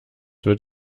wird